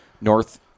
north